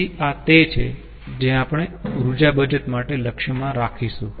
તેથી આ તે છે જે આપણે ઊર્જા બચત માટે લક્ષ્યમાં રાખીશું